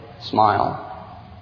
smile